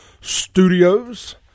Studios